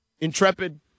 Intrepid